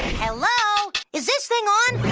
hello, is this thing on?